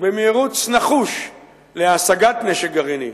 במירוץ נחוש להשגת נשק גרעיני.